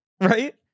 Right